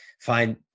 find